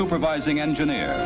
supervising engineer